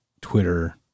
twitter